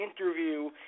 interview